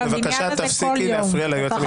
בבקשה תפסיקי להפריע ליועץ המשפטי.